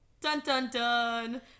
Dun-dun-dun